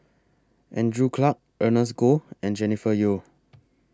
Andrew Clarke Ernest Goh and Jennifer Yeo